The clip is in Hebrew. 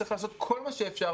צריך לעשות כל מה שאפשר,